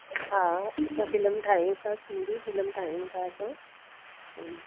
हा असां फ़िल्म ठाहियूं था सिंधी फ़िल्म ठाहियूं था असां